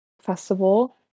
festival